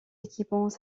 équipements